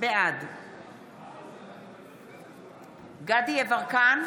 בעד דסטה גדי יברקן,